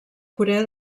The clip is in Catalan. corea